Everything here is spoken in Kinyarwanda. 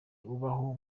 ubaho